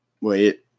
wait